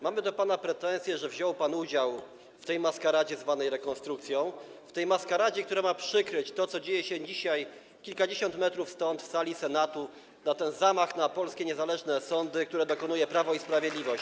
Mamy do pana pretensje, że wziął pan udział w tej maskaradzie zwanej rekonstrukcją, w tej maskaradzie, która ma przykryć to, co dzieje się dzisiaj kilkadziesiąt metrów stąd, w sali Senatu, ten zamach na polskie niezależne sądy, którego dokonuje Prawo i Sprawiedliwość.